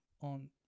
on